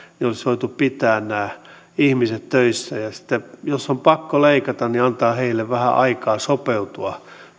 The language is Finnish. voitu pitää nämä ihmiset töissä ja sitten jos on pakko leikata niin antaa heille vähän aikaa sopeutua